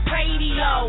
radio